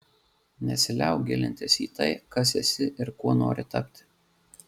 nesiliauk gilintis į tai kas esi ir kuo nori tapti